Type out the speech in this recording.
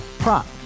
Prop